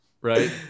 right